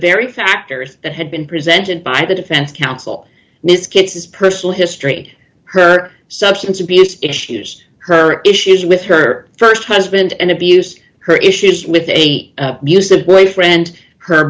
very factors that had been presented by the defense counsel ms gets his personal history her substance abuse issues her issues with her st husband and abuse her issues with eight busa where a friend her